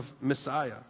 Messiah